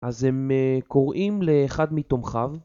‫אז הם קוראים לאחד מתומכיו.